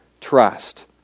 trust